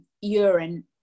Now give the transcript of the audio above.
urine